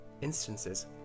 instances